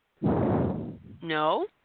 No